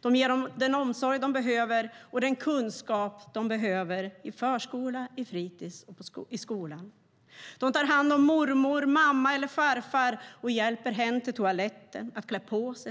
De ger dem den omsorg de behöver och den kunskap de behöver i förskola, på fritis och i skola. De tar hand om mormor, mamma och farfar och hjälper dem till toaletten och med att klä på sig.